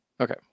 Okay